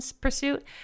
pursuit